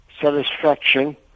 satisfaction